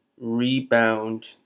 rebound